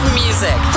music